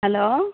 hello